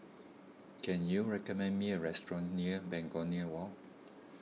can you recommend me a restaurant near Begonia Walk